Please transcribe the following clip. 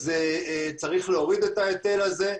צריך להוריד את ההיטל הזה.